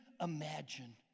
imagine